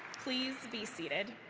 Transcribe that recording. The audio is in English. please be seated.